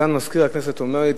סגן מזכיר הכנסת אומר לי,